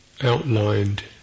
outlined